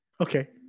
okay